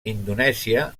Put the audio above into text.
indonèsia